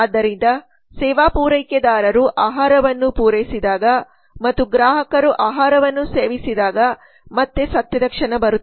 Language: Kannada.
ಆದ್ದರಿಂದ ಸೇವಾ ಪೂರೈಕೆದಾರರು ಆಹಾರವನ್ನು ಪೂರೈಸಿದಾಗ ಮತ್ತು ಗ್ರಾಹಕರು ಆಹಾರವನ್ನು ಸೇವಿಸಿದಾಗ ಮತ್ತೆ ಸತ್ಯದ ಕ್ಷಣ ಬರುತ್ತದೆ